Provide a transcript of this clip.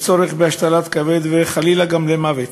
לצורך בהשתלת כבד וחלילה גם למוות.